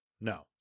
no